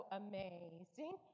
amazing